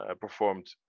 performed